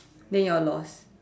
then you all lost